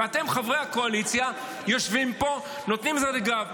ואתם, חברי הקואליציה, יושבים פה, נותנים לזה גב.